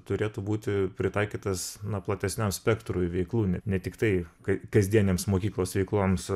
turėtų būti pritaikytas na platesniam spektrui veiklų ne tiktai kai kasdienėms mokyklos veikloms